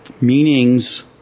meanings